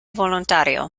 volontario